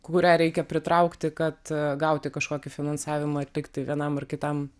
kurią reikia pritraukti kad gauti kažkokį finansavimą atlikti vienam ar kitam